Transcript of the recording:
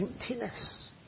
emptiness